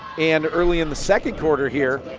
and early in the second quarter here,